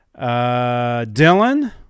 Dylan